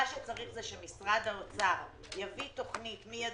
מה שצריך הוא שמשרד האוצר יביא תכנית מידית,